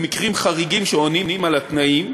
במקרים חריגים שעונים על התנאים,